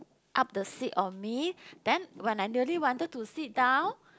up the seat of me then when I nearly wanted to sit down